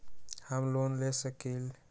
हम लोन ले सकील?